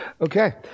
okay